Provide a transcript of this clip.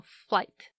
flight